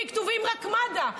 כי כתוב רק מד"א.